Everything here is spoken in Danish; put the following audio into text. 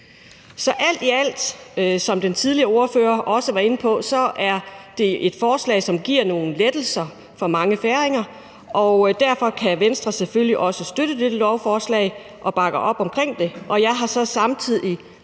alt i alt, som den forrige ordfører også var inde på, er det et forslag, som giver nogle lettelser for mange færinger, og derfor kan Venstre selvfølgelig også støtte dette lovforslag og bakker op om det. Jeg har så samtidig